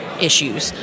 issues